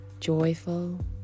joyful